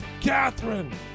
Catherine